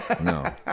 no